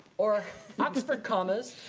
or oxford commas,